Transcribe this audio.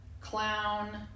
Clown